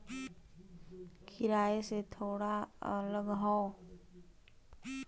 किराए से थोड़ा अलग हौ